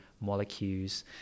molecules